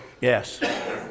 yes